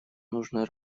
нужно